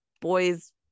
boys